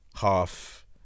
half